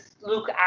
Luke